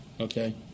Okay